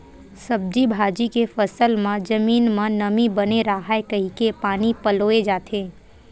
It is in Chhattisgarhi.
सब्जी भाजी के फसल म जमीन म नमी बने राहय कहिके पानी पलोए जाथे